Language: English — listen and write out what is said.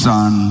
Son